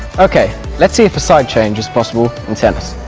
okay, let's see if a side change is possible in tennis.